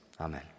amen